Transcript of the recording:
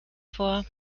vor